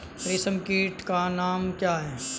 रेशम कीट का नाम क्या है?